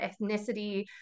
ethnicity